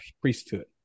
priesthood